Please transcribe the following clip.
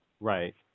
Right